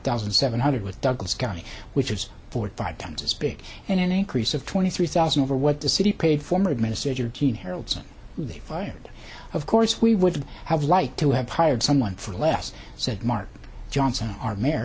thousand seven hundred with douglas county which is forty five times as big and an increase of twenty three thousand over what the city paid former administrator jean heralds the fired of course we would have liked to have hired someone for less said mark johnson our mayor